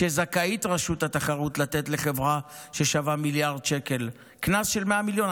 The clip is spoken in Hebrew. ורשות התחרות זכאית לתת לחברה ששווה מיליארד שקל קנס של 100 מיליון.